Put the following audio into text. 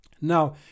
now